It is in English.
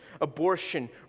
abortion